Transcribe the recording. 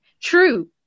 True